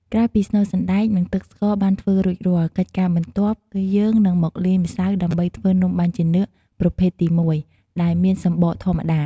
ក្រោយពីស្នូលសណ្ដែក និងទឹកស្ករបានធ្វើរួចរាល់ កិច្ចការបន្ទាប់គឺ យើងនឹងមកលាយម្សៅដើម្បីធ្វើនំបាញ់ចានឿកប្រភេទទីមួយ ដែលមានសំបកធម្មតា។